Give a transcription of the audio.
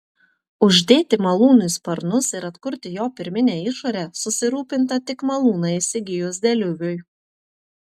uždėti malūnui sparnus ir atkurti jo pirminę išorę susirūpinta tik malūną įsigijus deliuviui